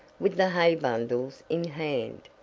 with the hay bundles in hand!